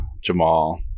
jamal